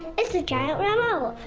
it's a giant remote.